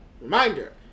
Reminder